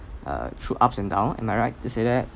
uh through ups and down am I right to say that